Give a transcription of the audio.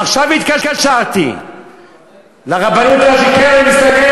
עכשיו התקשרתי לרבנות הראשית,